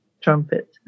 trumpet